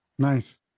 Nice